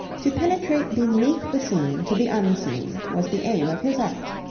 to penetrate beneath the seen to the unseen was the aim of his art.